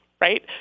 right